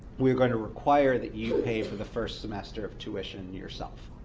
we are going to require that you pay for the first semester of tuition yourself.